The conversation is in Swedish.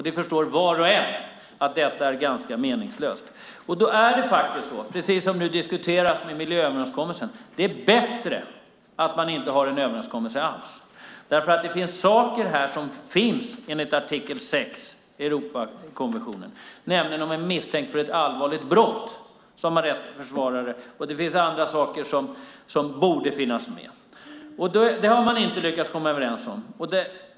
Det förstår var och en att det är ganska meningslöst. Då är det faktiskt, precis som nu diskuteras med miljööverenskommelsen, bättre att man inte har en överenskommelse alls. Det finns saker här enligt artikel 6 i Europakonventionen, nämligen att man om man är misstänkt för ett allvarligt brott har rätt till försvarare. Det finns också andra saker som borde finnas med. Det har man inte lyckats komma överens om.